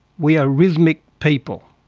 we are rhythmic people,